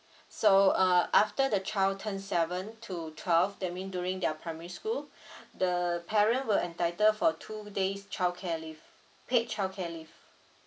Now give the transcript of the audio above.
so uh after the child turn seven to twelve that mean during their primary school the parent will entitle for two days childcare leave paid childcare leave